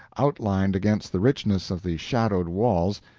outlined against the richness of the shadowed walls,